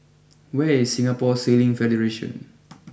where is Singapore Sailing Federation